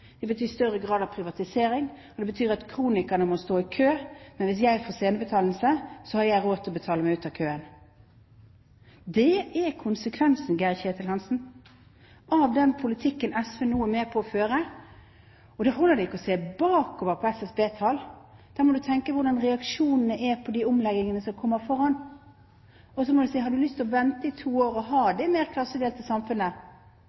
Det betyr en større grad av privatisering. Det betyr at kronikerne må stå i kø. Men hvis jeg får senebetennelse, har jeg råd til å betale meg ut av køen. Det er konsekvensen, Geir-Ketil Hansen, av den politikken SV nå er med på å føre. Da holder det ikke å se bakover på SSB-tall. Da må du tenke: Hvordan blir reaksjonene på de omleggingene som kommer? Og så må du si: Har du lyst til å vente i to år og ha det mer klassedelte samfunnet?